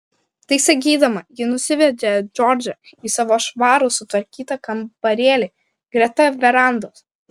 tai sakydama ji nusivedė džordžą į savo švarų sutvarkytą kambarėlį greta verandos